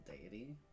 deity